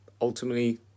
ultimately